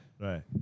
Right